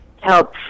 help